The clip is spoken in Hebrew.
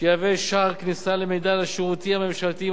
שיהיה שער כניסה למידע על השירותים הממשלתיים